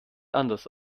anders